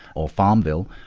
or farmville,